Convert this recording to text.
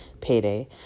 payday